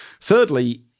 Thirdly